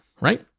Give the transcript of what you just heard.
right